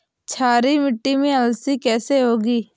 क्षारीय मिट्टी में अलसी कैसे होगी?